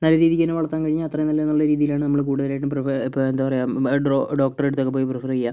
നല്ല രീതിക്കുതന്നെ വളർത്താൻ കഴിഞ്ഞാൽ അത്രയും നല്ലതെന്നുള്ള രീതിയിലാണ് നമ്മൾ കൂടുതലായിട്ടും ഇപ്പോൾ എന്താ പറയുക ഡോക്ടറുടെ അടുത്തൊക്കെ പോയി പ്രിഫർ ചെയ്യാം